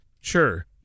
Sure